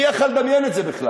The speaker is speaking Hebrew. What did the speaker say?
מי יכול היה לדמיין את זה בכלל?